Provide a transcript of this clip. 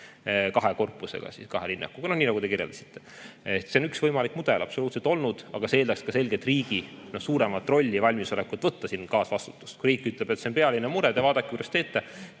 kahe korpusega, kahe linnakuga – no nii, nagu te kirjeldasite. See on olnud üks võimalik mudel, aga see eeldaks ka selgelt riigi suuremat rolli ja valmisolekut võtta siin kaasvastutus. Kui riik ütleb, et see on pealinna mure, te vaadake, kuidas teete,